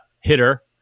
hitter